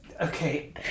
Okay